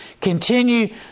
continue